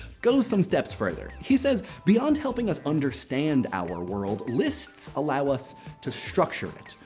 goes some steps further. he says, beyond helping us understand our world, lists allow us to structure it.